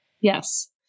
Yes